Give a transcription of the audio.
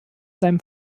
seinem